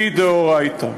מדאורייתא.